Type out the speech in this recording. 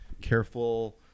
careful